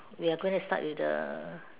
we're gonna start with the